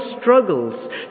struggles